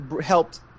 helped